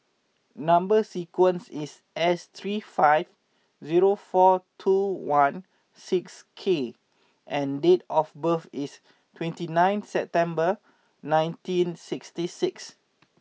number sequence is S three five zero four two one six K and date of birth is twenty ninth September nineteen sixty six